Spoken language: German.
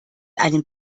einen